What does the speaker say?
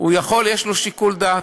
יש לו שיקול דעת,